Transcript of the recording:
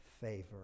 favor